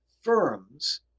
firms